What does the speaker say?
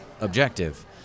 objective